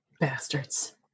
bastards